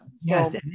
Yes